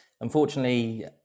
unfortunately